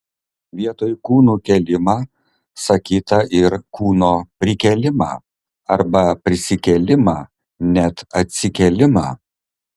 vietoj kūnų kėlimą sakyta ir kūno prikėlimą arba prisikėlimą net atsikėlimą